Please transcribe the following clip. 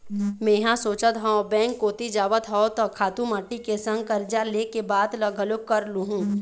मेंहा सोचत हव बेंक कोती जावत हव त खातू माटी के संग करजा ले के बात ल घलोक कर लुहूँ